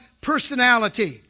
personality